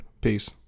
Peace